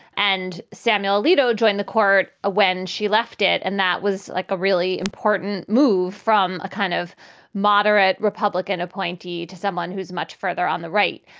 and samuel alito joined the court when she left it. and that was like a really important move from a kind of moderate republican appointee to someone who's much further on the right.